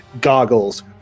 goggles